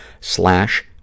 slash